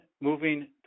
moving